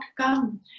come